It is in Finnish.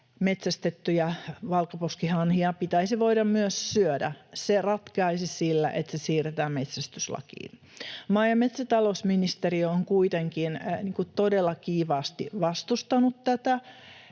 metsästettyjä valkoposkihanhia pitäisi voida myös syödä, ratkeaisi sillä, että se siirretään metsästyslakiin. Maa- ja metsätalousministeriö on kuitenkin todella kiivaasti vastustanut tätä.